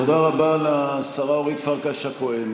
תודה רבה לשרה אורית פרקש הכהן.